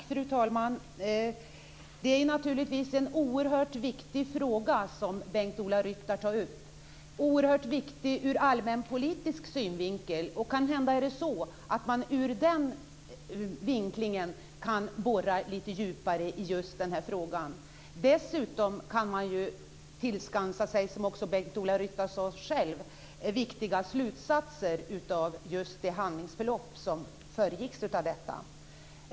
Fru talman! Det är naturligtvis en oerhört viktig fråga som Bengt-Ola Ryttar tar upp. Den är oerhört viktig ur allmänpolitisk synvinkel. Kanhända är det så att man ur den vinklingen kan borra lite djupare i frågan. Dessutom kan man tillskansa sig, som också Bengt-Ola Ryttar själv sade, viktiga slutsatser av just det handlingsförlopp som föregick detta.